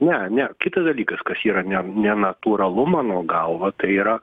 ne ne kitas dalykas kas yra ne nenatūralu mano galva tai yra